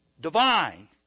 divine